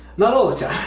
not all the time